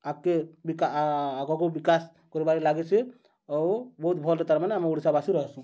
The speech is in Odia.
ଆଗ୍କେ ଆଗକୁ ବିକାଶ୍ କର୍ବାର୍ରେ ଲାଗିଛେ ଆଉ ବହୁତ୍ ଭଲ୍ରେ ତା'ର୍ମାନେ ଆମ ଓଡ଼ିଶାବାସୀ ରହେସୁଁ